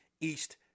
East